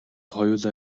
хоёулаа